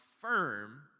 firm